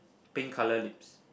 pink colour lips